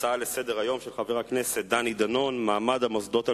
הצעה לסדר-היום של חבר הכנסת דני דנון בנושא: מעמד המוסדות הלאומיים,